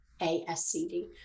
ASCD